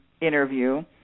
interview